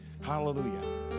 Hallelujah